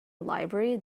library